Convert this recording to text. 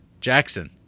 Jackson